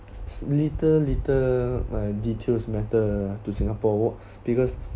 little little my details matter to singapore because